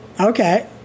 okay